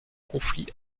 conflit